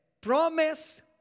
promise